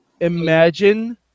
imagine